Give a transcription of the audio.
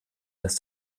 dass